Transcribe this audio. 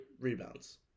rebounds